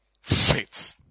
faith